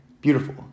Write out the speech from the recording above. Beautiful